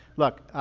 look,